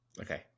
Okay